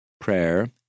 prayer